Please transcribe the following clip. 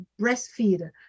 breastfeed